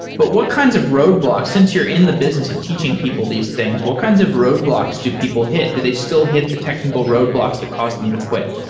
but what kinds of roadblocks since you're in the business of teaching people these things, what kinds of roadblocks do people hit? do they still hit the technical roadblocks that cause them to quit?